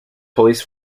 police